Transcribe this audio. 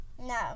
No